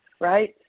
right